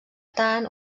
tant